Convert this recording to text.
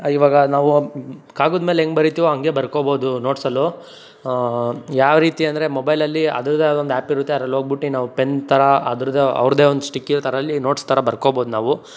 ಇವಾಗ ನಾವು ಕಾಗದ್ಮೇಲೆ ಹೆಂಗ್ ಬರಿತೀವೋ ಹಂಗೆ ಬರ್ಕೋಬೋದು ನೋಟ್ಸಲ್ಲು ಯಾವರೀತಿ ಅಂದರೆ ಮೊಬೈಲಲ್ಲಿ ಅದ್ರದೇ ಆದೊಂದು ಆ್ಯಪಿರುತ್ತೆ ಅದ್ರಲ್ಲಿ ಹೋಗ್ಬುಟ್ಟಿ ನಾವು ಪೆನ್ ಥರ ಅದರದೇ ಅವ್ರದ್ದೇ ಒಂದು ಸ್ಟಿಕ್ ಇರುತ್ತೆ ಆರಲ್ಲಿ ನೋಟ್ಸ್ ಥರ ಬರ್ಕೋಬೋದು ನಾವು